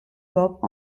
bob